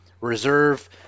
reserve